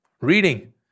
reading